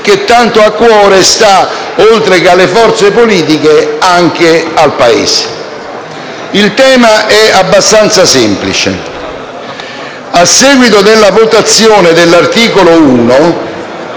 che tanto a cuore sta, oltre che alle forze politiche, anche al Paese. Il tema è abbastanza semplice. A seguito della votazione dell'articolo 1